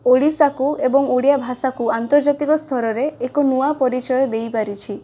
ଓଡ଼ିଶାକୁ ଏବଂ ଓଡ଼ିଆଭାଷାକୁ ଆନ୍ତର୍ଜାତିକ ସ୍ତରରେ ଏକ ନୂଆ ପରିଚୟ ଦେଇପାରିଛି